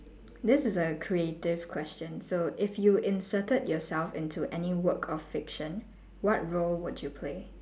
this is a creative question so if you inserted yourself into any work of fiction what role would you play